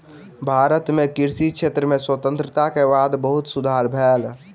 भारत मे कृषि क्षेत्र में स्वतंत्रता के बाद बहुत सुधार भेल